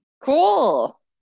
Cool